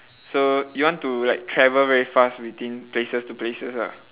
so you want to like travel very fast between places to places ah